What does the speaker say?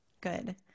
Good